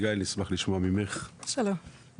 אני אשמח לשמוע ממך במה